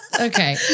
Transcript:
okay